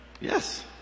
Yes